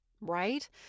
right